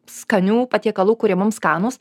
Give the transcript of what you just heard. skanių patiekalų kurie mums skanus